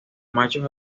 machos